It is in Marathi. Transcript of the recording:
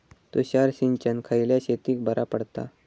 तुषार सिंचन खयल्या शेतीक बरा पडता?